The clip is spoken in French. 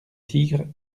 tigre